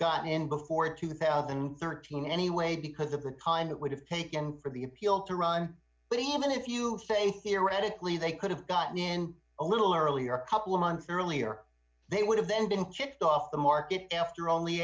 gotten in before two thousand and thirteen anyway because of the time it would have taken for the appeal to run but even if you say theoretically they could have gotten in a little earlier a couple of months earlier they would have then been kicked off the market after only